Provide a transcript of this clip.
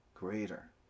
Greater